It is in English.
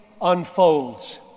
unfolds